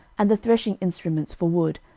and the threshing instruments for wood,